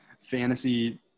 fantasy